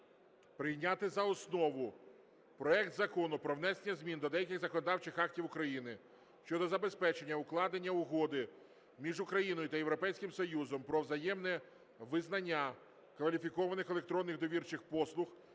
прийняти за основу проект Закону про внесення змін до деяких законодавчих актів України щодо забезпечення укладення угоди між Україною та Європейським Союзом про взаємне визнання кваліфікованих електронних довірчих послуг